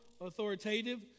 authoritative